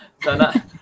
sana